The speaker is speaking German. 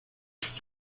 ist